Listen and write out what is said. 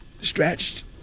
stretched